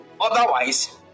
otherwise